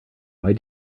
why